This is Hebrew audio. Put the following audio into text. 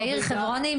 יאיר חברוני,